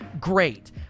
Great